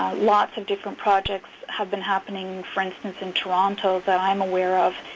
lots of different projects have been happening, for instance, in toronto that i'm aware of,